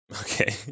Okay